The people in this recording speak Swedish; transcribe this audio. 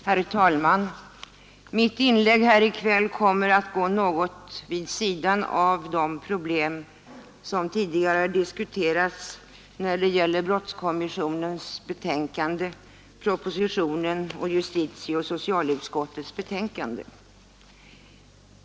Herr talman! Mitt inlägg här i k ll kommer att gå något vid sidan av de problem som tidigare diskuterats när det gäller brottskommissionens betänkande, propositionen och justitieoch socialutskottens betänkanden.